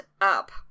up